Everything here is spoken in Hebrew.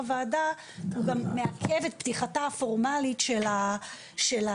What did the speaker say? הדבר הזה גם מעכב את פתיחת הפורמלית של הקרן,